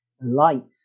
light